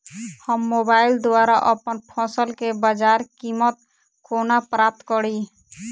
हम मोबाइल द्वारा अप्पन फसल केँ बजार कीमत कोना प्राप्त कड़ी?